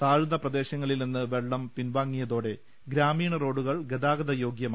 താഴ്ന്ന പ്രദേശങ്ങളിൽ നിന്ന് വെള്ളം പിൻവാങ്ങിയതോടെ ഗ്രാമീണ റോഡുകൾ ഗതാഗത യോഗ്യമായി